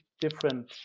different